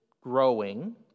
growing